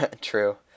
True